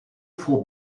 vor